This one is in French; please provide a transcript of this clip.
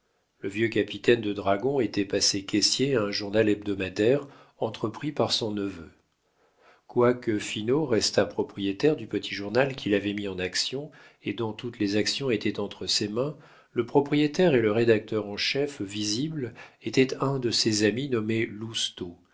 le vieux capitaine de dragons était passé caissier à un journal hebdomadaire entrepris par son neveu quoique finot restât propriétaire du petit journal qu'il avait mis en actions et dont toutes les actions étaient entre ses mains le propriétaire et le rédacteur en chef visible était un de ses amis nommé